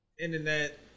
internet